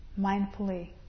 mindfully